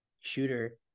Shooter